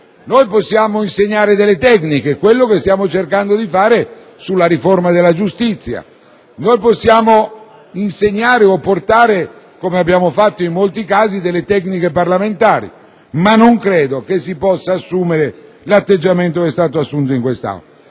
Noi possiamo insegnare delle tecniche, che è quel che stiamo cercando di fare sulla riforma della giustizia. Possiamo insegnare o portare, come abbiamo fatto in molti casi, delle tecniche parlamentari, ma non credo si possa assumere l'atteggiamento che è stato assunto in quest'Aula.